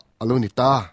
alunita